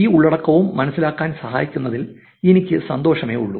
ഈ ഉള്ളടക്കവും മനസ്സിലാക്കാൻ സഹായിക്കുന്നതിൽ എനിക്ക് സന്തോഷമേ ഉള്ളു